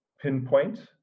pinpoint